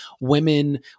women